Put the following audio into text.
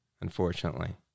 unfortunately